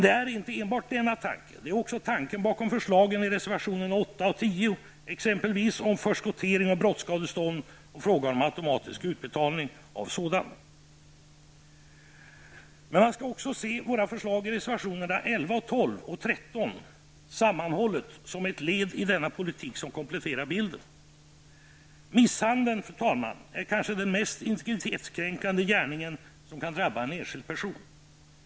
Det är inte bara fråga om denna tanke, utan också om tanken bakom förslagen i exempelvis reservationerna 8 och 10 om förskottering av brottsskadestånd och frågan om automatisk utbetalning av sådant skadestånd. Men man skall också se våra förslag i reservationerna 11, 12 och 13 sammanhållet såsom ett led i denna politik, något som kompletterar bilden. Fru talman! Misshandel är kanske den mest integritetskränkande gärning som kan drabba en enskild person.